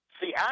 see